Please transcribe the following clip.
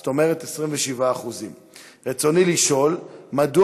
זאת אומרת 27%. רצוני לשאול: 1. מדוע